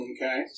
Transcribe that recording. Okay